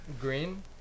green